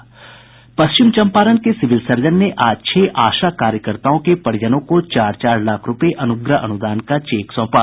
पश्चिम चंपारण के civil surgeon ने आज छह आशा कार्यकर्ताओं के परिजनों को चार चार लाख रूपये अनुग्रह अनुदान का चेक सौंपा